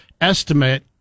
estimate